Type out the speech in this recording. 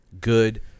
good